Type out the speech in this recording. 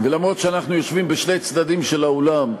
וגם אם אנחנו יושבים בשני צדדים של האולם,